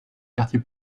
quartier